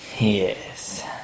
Yes